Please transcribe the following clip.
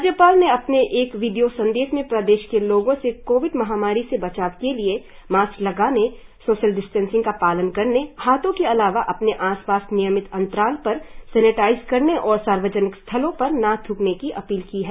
राज्यपाल ने अपने एक वीडियों संदेश में प्रदेश के लोगों से कोविड महामारी से बचाव के लिए मास्क लगाने सोशल डिस्टेंसिंग का पालन करने हाथो के अलावा अपने आस पास नियमित अंतराल पर सेनिटाइज करने और सार्वजनिक स्थलों पर न थ्कने की अपील की है